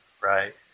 right